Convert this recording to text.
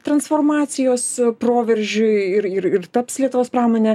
transformacijos proveržiui ir ir ir taps lietuvos pramonė